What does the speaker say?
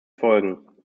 folgen